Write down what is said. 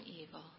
evil